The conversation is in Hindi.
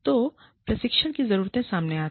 तो प्रशिक्षण की जरूरतें सामने आती हैं